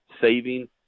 saving